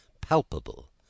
palpable